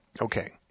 Okay